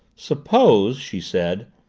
suppose, she said,